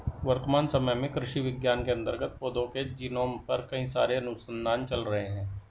वर्तमान समय में कृषि विज्ञान के अंतर्गत पौधों के जीनोम पर कई सारे अनुसंधान चल रहे हैं